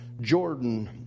Jordan